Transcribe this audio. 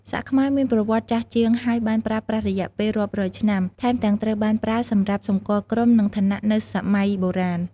សាក់ខ្មែរ មានប្រវត្តិចាស់ជាងហើយបានប្រើប្រាស់រយៈពេលរាប់រយឆ្នាំ ថែមទាំងត្រូវបានប្រើសម្រាប់សម្គាល់ក្រុមឬឋានៈនៅសម័យបុរាណ។